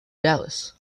dallas